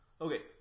Okay